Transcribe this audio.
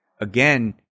Again